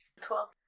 Twelve